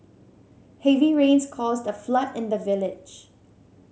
heavy rains caused a flood in the village